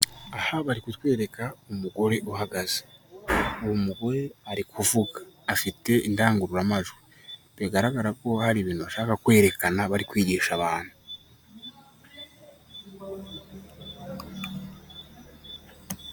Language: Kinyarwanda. Aha bari kutwereka umugore uhagaze; uwo mugore ari kuvuga afite indangururamajwi, bigaragara ko hari ibintu bashaka kwerekana bari kwigisha abantu.